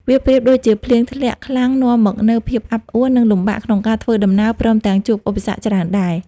វាប្រៀបដូចជាភ្លៀងធ្លាក់ខ្លាំងនាំមកនូវភាពអាប់អួរ និងលំបាកក្នុងការធ្វើដំណើរព្រមទាំងជួបឧបសគ្គច្រើនដែរ។